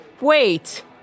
Wait